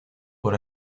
por